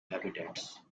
habitats